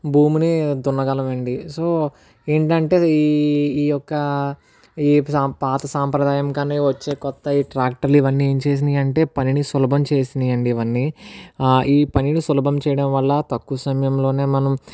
భూమిని దున్నగలమండి సో ఏంటంటే ఇది ఈ యొక్క ఈ పాత సాంప్రదాయం కానీ వచ్చే కొత్త ట్రాక్టర్ లు ఇవన్నీ ఏంచేసినాయి అంటే పనిని సులభం చేసినాయి అండి ఇవన్నీ ఈ పనిని సులభం చేయడం వల్ల తక్కువ సమయంలోనే మనం